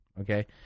okay